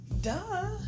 Duh